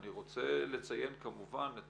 אני רוצה לציין כמובן את